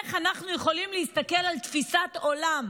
איך אנחנו יכולים להסתכל על תפיסת עולם